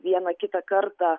vieną kitą kartą